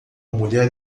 mulher